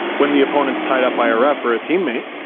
when the opponents tied up by a ref or a teammate,